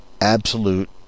absolute